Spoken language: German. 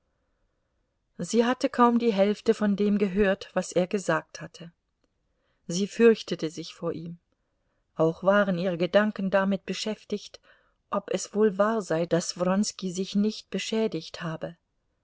sie hatte kaum die hälfte von dem gehört was er gesagt hatte sie fürchtete sich vor ihm auch waren ihre gedanken damit beschäftigt ob es wohl wahr sei daß wronski sich nicht beschädigt habe